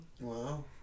Wow